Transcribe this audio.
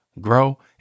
grow